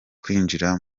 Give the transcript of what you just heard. kwinjira